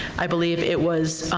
i believe, it was.